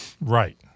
Right